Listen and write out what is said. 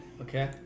okay